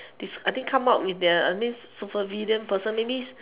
this I think come up with their I mean super villain person maybe